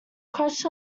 crush